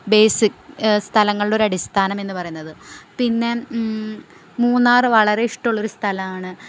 base സ്ഥലങ്ങളുടെ ഒരു അടിസ്ഥാനം എന്ന് പറയുന്നത് പിന്നെ മൂന്നാറ് വളരെ ഇഷ്ടമുള്ള ഒരു സ്ഥലാണ്